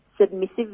submissive